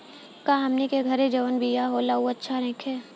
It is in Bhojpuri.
का हमनी के घरे जवन बिया होला उ अच्छा नईखे?